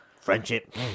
Friendship